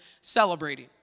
celebrating